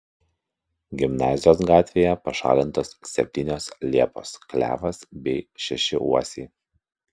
gimnazijos gatvėje pašalintos septynios liepos klevas bei šeši uosiai